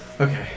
Okay